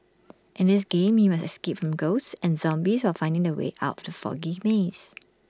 in this game you must escape from ghosts and zombies while finding the way out of the foggy maze